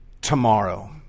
Tomorrow